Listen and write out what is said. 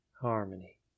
harmony